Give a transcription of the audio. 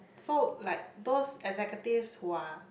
so like those executives who are